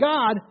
God